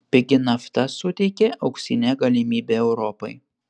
pigi nafta suteikia auksinę galimybę europai